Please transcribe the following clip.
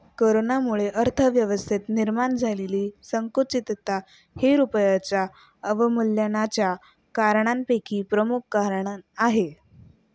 कोरोनाच्यामुळे अर्थव्यवस्थेत निर्माण झालेली संकुचितता हे रुपयाच्या अवमूल्यनाच्या कारणांपैकी एक प्रमुख कारण आहे